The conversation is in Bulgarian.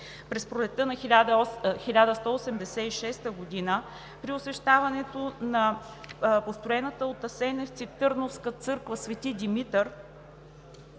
През пролетта на 1186 г. при освещаването на построената от Асеневци търновска църква „Свети Димитър“